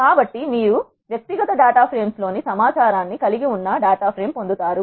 కాబట్టి మీరు రు వ్యక్తిగత డాటా ఫ్రేమ్స్ లోని సమాచారాన్ని కలిగి ఉన్న డాటా ఫ్రేమ్ పొందుతారు